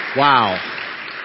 Wow